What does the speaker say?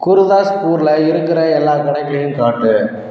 குருதாஸ்பூரில் இருக்கிற எல்லா கடைகளையும் காட்டு